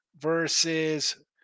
versus